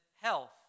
health